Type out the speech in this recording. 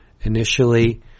initially